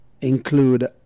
include